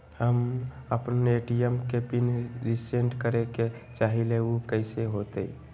हम अपना ए.टी.एम के पिन रिसेट करे के चाहईले उ कईसे होतई?